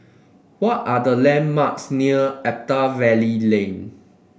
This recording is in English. what are the landmarks near Attap Valley Lane